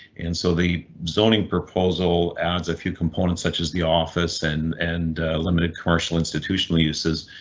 and so the zoning proposal adds a few components such as the office and and limited commercial institutional uses.